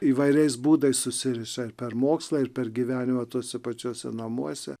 įvairiais būdais susiriša ir per mokslą ir per gyvenimą tuose pačiuose namuose